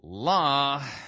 Law